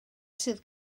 sydd